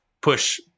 push